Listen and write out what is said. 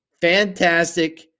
fantastic